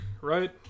right